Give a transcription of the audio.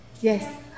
Yes